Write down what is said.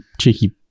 cheeky